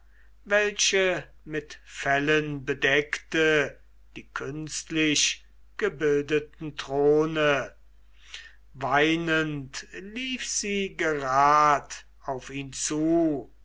welche mit fellen bedeckte die künstlich gebildeten throne weinend lief sie gerad auf ihn zu